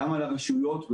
גם על הרשויות המקומיות,